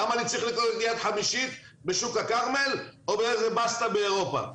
למה אני צריך להיות יד חמישית בשוק הכרמל או באיזו בסטה באירופה?